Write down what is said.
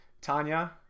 Tanya